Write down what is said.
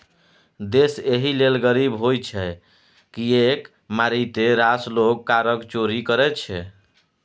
देश एहि लेल गरीब होइत छै किएक मारिते रास लोग करक चोरि करैत छै